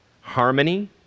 harmony